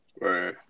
Right